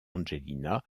angelina